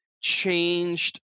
changed